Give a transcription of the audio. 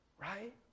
right